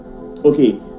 Okay